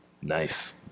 Nice